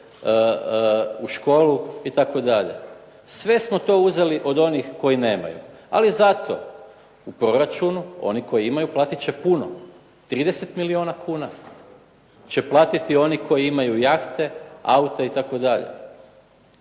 u školu itd. Sve smo to uzeli od onih koji nemaju. Ali zato u proračunu, oni koji imaju, platit će puno, 30 milijuna kuna će platiti oni koji imaju jahte, aute itd.